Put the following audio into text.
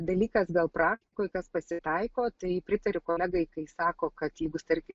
dalykas gal praktikoj kas pasitaiko tai pritariu kolegai kai sako kad jeigu tarkim